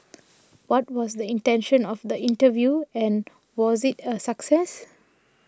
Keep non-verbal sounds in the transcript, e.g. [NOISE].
[NOISE] what was the intention of the interview and was it a success